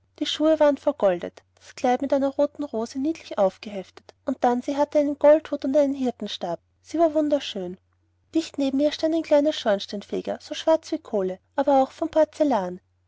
die schuhe waren vergoldet das kleid mit einer roten rose niedlich aufgeheftet und dann hatte sie einen goldhut und einen hirtenstab sie war wunderschön dicht neben ihr stand ein kleiner schornsteinfeger so schwarz wie eine kohle aber auch von porzellan